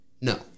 No